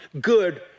good